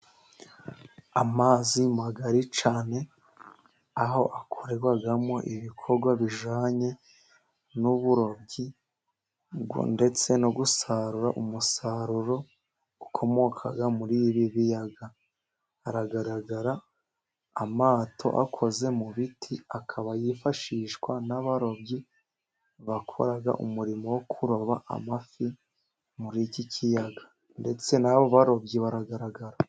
Amazi magari cyane aho akorerwamo ibikorwa bijyanye n'uburobyi ubwo ndetse no gusarura umusaruro ukomoka muri ibi biyaga. hagaragara amato akoze mu biti akaba yifashishwa n'abarobyi bakora umurimo wo kuroba amafi muri iki kiyaga. Ndetse n'abo barobyi baragaragara.